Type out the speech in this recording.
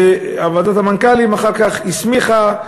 ועדת המנכ"לים אחר כך הסמיכה,